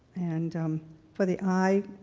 and for the i,